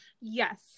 Yes